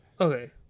Okay